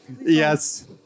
Yes